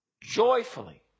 joyfully